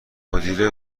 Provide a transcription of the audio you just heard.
مدیره